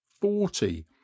forty